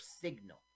signal